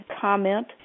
comment